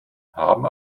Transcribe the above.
haben